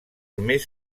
més